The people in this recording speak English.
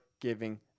giving